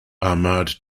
ahmad